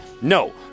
No